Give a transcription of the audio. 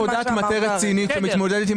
תביא עבודת מטה רצינית שמתמודדת עם